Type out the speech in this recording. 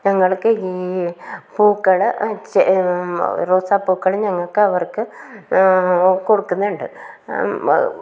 ഞങ്ങൾക്ക് ഈ പൂക്കൾ റോസാപ്പൂക്കൾ ഞങ്ങൾക്ക് അവർക്ക് കൊടുക്കുന്നുണ്ട്